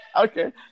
Okay